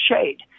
shade